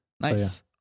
Nice